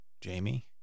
Jamie